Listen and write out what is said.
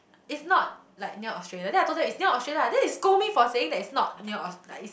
is not like near Australia then I told them it's near Australia lah then they scold me for saying that it's not near Aust~ like it's